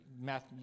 math